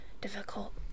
difficult